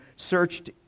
searched